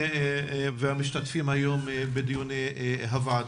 האורחים והמשתתפים היום בדיון הוועדה.